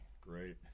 great